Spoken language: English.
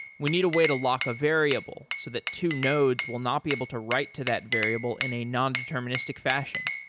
we need a way to lock a variable so that two nodes will not be able to write to that variable in a nondeterministic fashion.